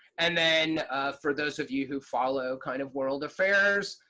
and then for those of you who follow kind of world affairs,